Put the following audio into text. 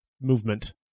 movement